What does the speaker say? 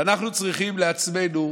ואנחנו צריכים לעצמנו,